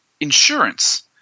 insurance